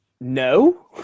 no